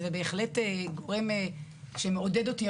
וזה בהחלט גורם שמעודד אותי.